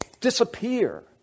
disappear